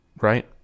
Right